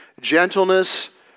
Gentleness